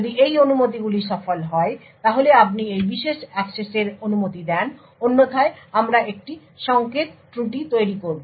যদি এই অনুমতিগুলি সফল হয় তাহলে আপনি এই বিশেষ অ্যাক্সেসের অনুমতি দেন অন্যথায় আমরা একটি সংকেত ত্রুটি তৈরি করব